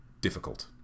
difficult